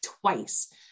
twice